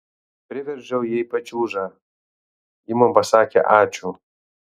priveržiau jai pačiūžą ji man pasakė ačiū